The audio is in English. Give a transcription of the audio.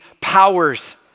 powers